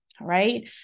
right